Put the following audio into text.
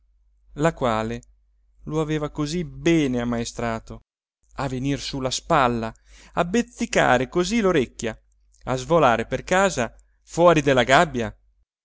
la quale lo aveva così bene ammaestrato a venir sulla spalla a bezzicare così l'orecchia a svolare per casa fuori della gabbia